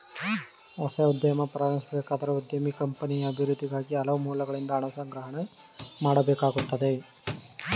ಹೊಸ ಉದ್ಯಮ ಪ್ರಾರಂಭಿಸಬೇಕಾದರೆ ಉದ್ಯಮಿ ಕಂಪನಿಯ ಅಭಿವೃದ್ಧಿಗಾಗಿ ಹಲವು ಮೂಲಗಳಿಂದ ಹಣ ಸಂಗ್ರಹಣೆ ಮಾಡಬೇಕಾಗುತ್ತದೆ